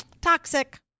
Toxic